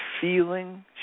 feeling